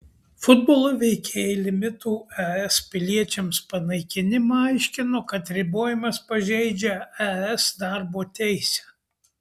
futbolo veikėjai limitų es piliečiams panaikinimą aiškino kad ribojimas pažeidžią es darbo teisę